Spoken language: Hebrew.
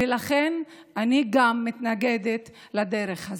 ולכן אני גם מתנגדת לדרך הזו.